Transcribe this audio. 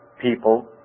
people